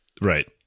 Right